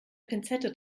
pinzette